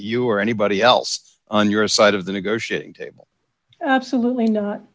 you or anybody else on your side of the negotiating table absolutely